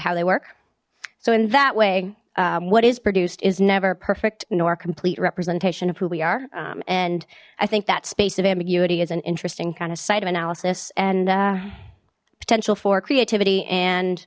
how they work so in that way what is produced is never perfect nor complete representation of who we are and i think that space of ambiguity is an interesting kind of site of analysis and potential for creativity and